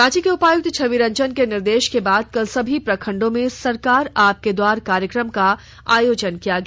रांची के उपायक्त छवि रंजन के निर्देश के बाद कल सभी प्रखंडों में सरकार आपके द्वार कार्यक्रम का आयोजन किया गया